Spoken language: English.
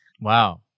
Wow